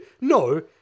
No